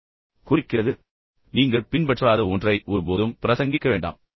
ஆனால் நீங்கள் பின்பற்றாத ஒன்றை ஒருபோதும் பிரசங்கிக்க வேண்டாம்